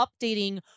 updating